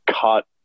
cut